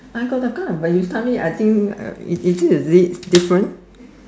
I got the girl but you tell me I think is it is it different